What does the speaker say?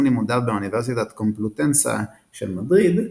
לימודיו באוניברסיטת קומפלוטנסה של מדריד,